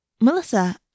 Melissa